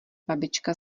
babička